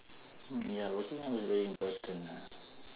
ya working is very important lah